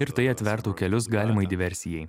ir tai atvertų kelius galimai diversijai